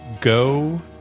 go